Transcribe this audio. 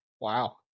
wow